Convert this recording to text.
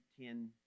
ten